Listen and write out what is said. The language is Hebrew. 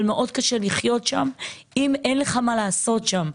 קשה מאוד לחיות שם אם אין לך מה לעשות שם,